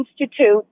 institute